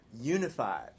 unified